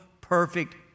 perfect